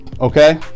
okay